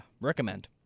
recommend